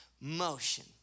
motion